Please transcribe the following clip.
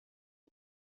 بود